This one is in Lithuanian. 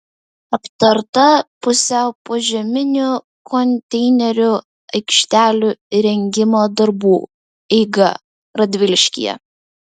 aptarta pusiau požeminių konteinerių aikštelių įrengimo darbų eiga radviliškyje